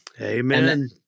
Amen